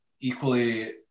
equally